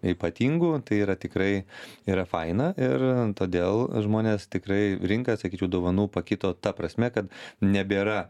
ypatingu tai yra tikrai yra faina ir todėl žmonės tikrai rinka sakyčiau dovanų pakito ta prasme kad nebėra